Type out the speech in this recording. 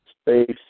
space